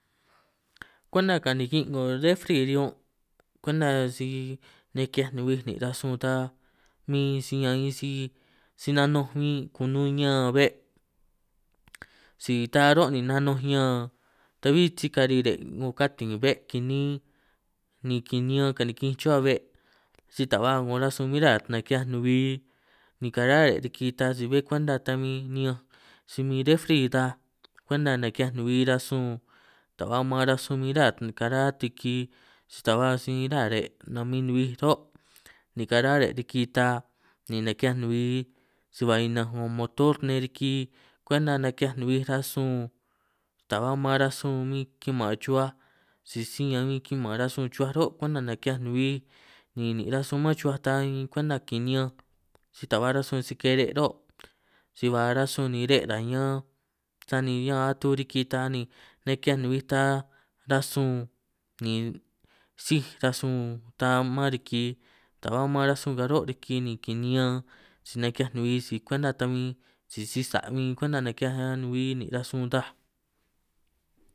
Kwenta kanikin' 'ngo refri riñun' kwenta si neke'hiaj nuhuij nin' rasun ta min, si ñan si si nanunj min kunun ñan be' si ta ro' ni nanunj ñan ta'bbí si kari re' 'ngo katin be' kinin, ni kini'ñanj kanikinj chuhua be' si ta ba 'ngo rasun min ra' naki'hiaj nuhui ni kara' re' riki ta si bé kwenta ta min ni'ñanj, si min refri ta kwenta naki'hiaj nuhui rasun ta ba maan rasun min ra' kachra' riki ta ba maan si min ra' re' namin nuhuij ro', ni kara re' riki ta ni neke'hiaj nuhui si ba ninanj 'ngo motor nne riki kwenta naki'hiaj nuhui rasun, ta ba maan rasun min kiman chuhuaj sisi si ña'an min kiman rasun chuhuaj ro' kwenta naki'hiaj nuhui ni nin' rasun man chuhuaj, ta min kwenta kini'ñan si ta ba rasun si kere' ro' si ba rasun ni re' ra'ñan, sani ñan atuj kiri ta ni neki'hiaj nuhui ta rasun ni síj rasun ta man riki, taj ba maan rasun karo' riki ni kini'ñan si neki'hiaj nuhui, si kwenta ta min sisi sa' min kwenta naki'hiaj nuhui nin' rasun taj.